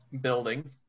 building